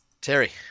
Terry